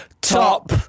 top